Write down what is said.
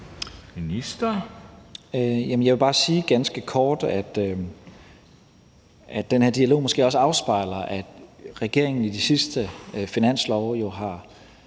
jeg vil bare sige ganske kort, at den her dialog måske også afspejler, at regeringen i de sidste finanslove har